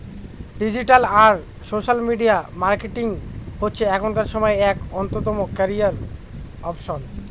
digital আর social media marketing হচ্ছে এখনকার সময়ে এক অন্যতম ক্যারিয়ার অপসন